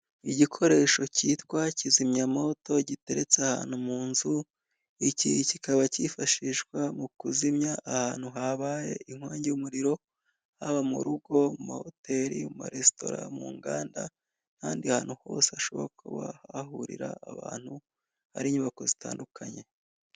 Igikoresho cyitwa kizimyamoto, giteretse ahantu mu nzu, iki kikaba cyifashishwa mu kuzimya ahantu habaye inkongi y'umuriro, haba mu rugo, mu mahoteli, mu maresitora, mu nganda, n'ahandi hantu hose hashoboka kuba hahurira abantu, hari inyubako zitandukanye.